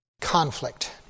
Conflict